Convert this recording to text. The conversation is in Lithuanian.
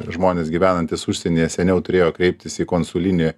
žmonės gyvenantys užsienyje seniau turėjo kreiptis į konsulinį